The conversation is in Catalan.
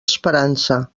esperança